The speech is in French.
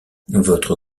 votre